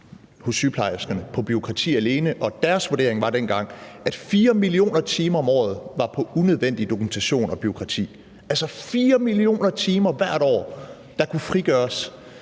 12 mio. timer på bureaukrati alene, og deres vurdering var dengang, at 4 mio. timer om året blev brugt på unødvendig dokumentation og bureaukrati – altså 4 mio. timer hvert år, der kunne frigøres